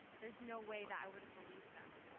there's no way that i would have believed them.